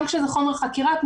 גם כשזה חומר חקירה,